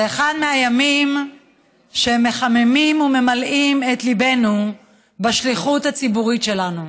זה אחד הימים שמחממים וממלאים את ליבנו בשליחות הציבורית שלנו,